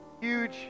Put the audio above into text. huge